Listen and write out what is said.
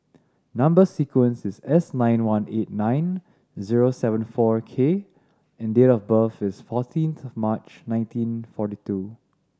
number sequence is S nine one eight nine zero seven four K and date of birth is fourteenth March nineteen forty two